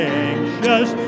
anxious